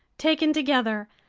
taken together,